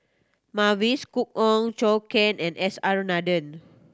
Mavis Khoo Oei Zhou Can and S R Nathan